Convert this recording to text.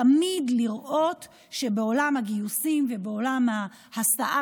תמיד לראות שבעולם הגיוסים ובעולם השאת